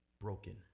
broken